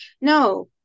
No